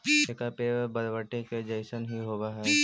एकर पेड़ बरबटी के जईसन हीं होब हई